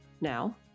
Now